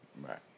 right